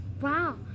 Wow